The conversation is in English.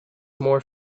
more